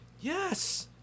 Yes